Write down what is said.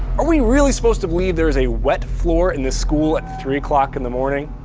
are we really supposed to believe there is a wet floor in this school at three o'clock in the morning?